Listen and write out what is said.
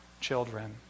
children